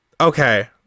Okay